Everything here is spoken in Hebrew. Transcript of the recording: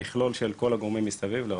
בסופו של דבר יגיע גם ל-500 ו-600.